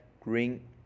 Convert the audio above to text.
green